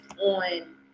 on